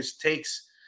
takes